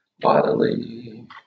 bodily